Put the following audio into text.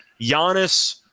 Giannis